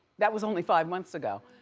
that was only five months ago.